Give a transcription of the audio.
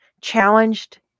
challenged